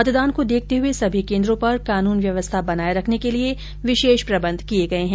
मतदान को देखते हए सभी केन्द्रों पर कानून व्यवस्था बनाये रखने के लिये विशेष प्रबंध किये गये है